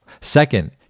Second